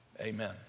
Amen